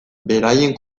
beraien